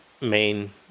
main